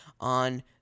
on